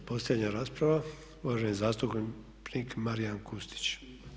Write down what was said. I posljednja rasprava, uvaženi zastupnik Marijan Kustić.